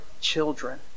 children